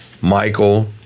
Michael